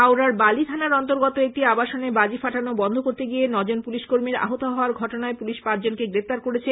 হাওড়ার বালি থানার অন্তর্গত একটি আবাসনে বাজি ফাটানো বন্ধ করতে গিয়ে নজন পুলিশকর্মীর আহত হওয়ার ঘটনায় পুলিশ পাঁচজনকে গ্রেপ্তার করেছে